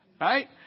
Right